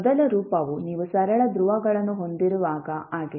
ಮೊದಲ ರೂಪವು ನೀವು ಸರಳ ಧ್ರುವಗಳನ್ನು ಹೊಂದಿರುವಾಗ ಆಗಿದೆ